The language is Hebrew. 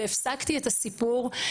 והפסקתי את הסיפור,